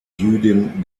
jüdin